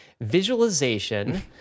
visualization